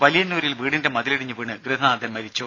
വലിയന്നൂരിൽ വീടിന്റെ മതിലിടിഞ്ഞ് വീണ് ഗൃഹനാഥൻ മരിച്ചു